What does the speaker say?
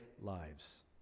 lives